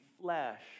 flesh